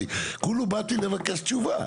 אני כולה באתי לבקש תשובה.